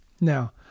Now